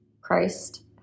Christ